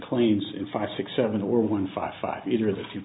claims in five six seven or one five five either of the few